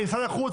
משרד החוץ,